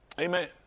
Amen